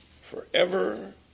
forever